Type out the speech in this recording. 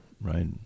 right